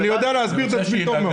אני יודע להסביר את עצמי טוב מאוד.